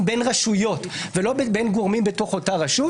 בין רשויות ולא בין גורמים בתוך אותה רשות.